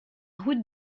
route